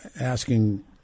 asking